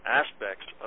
aspects